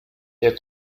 der